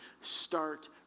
start